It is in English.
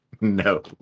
No